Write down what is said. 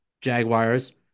Jaguars